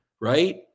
right